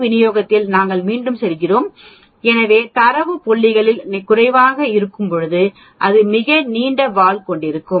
D விநியோகத்தில் நாங்கள் மீண்டும் செல்கிறோம் எனவே தரவு புள்ளிகள் குறைவாக இருக்கும்போது அது மிக நீண்ட வால் கொண்டிருக்கும்